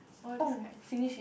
oh that's kind